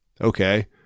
Okay